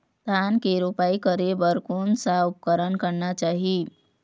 धान के रोपाई करे बर कोन सा उपकरण करना चाही?